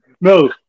No